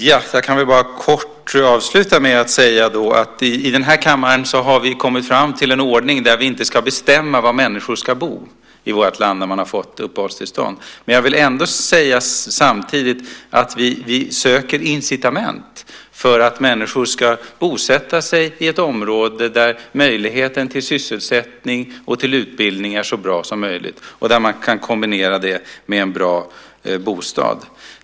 Herr talman! Låt mig avsluta med att kort säga att i den här kammaren har vi kommit fram till en ordning där vi inte ska bestämma var människor ska bo i vårt land när de har fått uppehållstillstånd. Men jag vill samtidigt säga att vi söker incitament för att människor ska bosätta sig i ett område där möjligheterna till sysselsättning och utbildning är så bra som möjligt och där man kan kombinera det med en bra bostad.